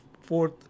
fourth